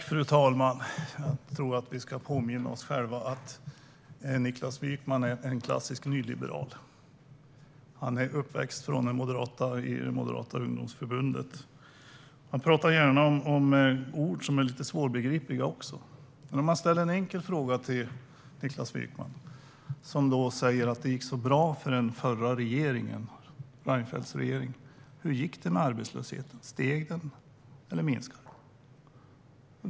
Fru talman! Jag tror att vi ska påminna oss själva om att Niklas Wykman är en klassisk nyliberal. Han är uppväxt i Moderata Ungdomsförbundet, och han använder ofta ord som är lite svårbegripliga. Jag ska ställa en enkel fråga till Niklas Wykman, som säger att det gick så bra för den förra regeringen, Reinfeldts regering. Hur gick det med arbetslösheten - steg den eller minskade den?